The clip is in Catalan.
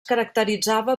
caracteritzava